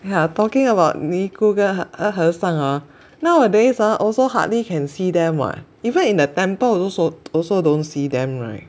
ha talking about me Google 和尚 ah nowadays ah also hardly can see them [what] even in a temple also also don't see them right